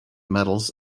metals